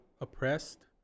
oppressed